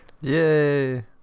yay